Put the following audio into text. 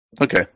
Okay